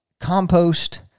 compost